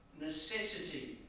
necessity